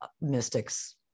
mystics